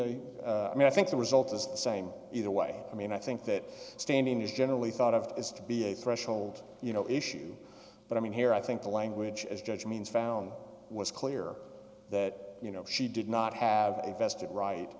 i mean i think the result is the same either way i mean i think that standing is generally thought of as to be a threshold you know issue but i mean here i think the language as judge means found was clear that you know she did not have a vested right